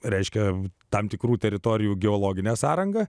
reiškia tam tikrų teritorijų geologinę sąrangą